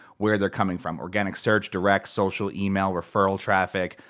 where they're coming from, organic search, direct, social, email, referral, traffic.